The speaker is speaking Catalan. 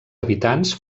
habitants